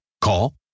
Call